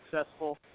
successful